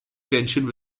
tensions